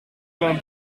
vingt